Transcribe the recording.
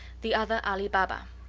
the other ali baba.